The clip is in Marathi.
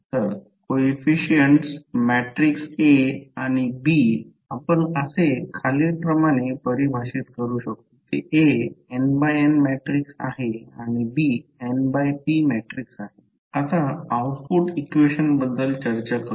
तर कोइफिसिएंट्स मॅट्रिक्स A आणि B आपण असे परिभाषित करू शकतो Aa11 a12 a1n a21 a22 a2n ⋮⋱ an1 an2 ann n×n Bb11 b12 b1p b21 b22 b2p ⋮⋱ bn1 bn2 bnp n×p आता आउटपुट इक्वेशन बद्दल चर्चा करू